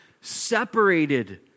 separated